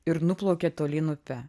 ir nuplaukė tolyn upe